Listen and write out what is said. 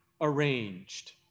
arranged